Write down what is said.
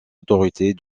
autorités